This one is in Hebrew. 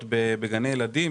ההתעללויות בגני הילדים,